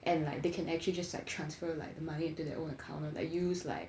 and like they can actually just like transfer like the money into their own account and use like